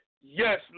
Yes